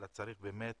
אלא צריך באמת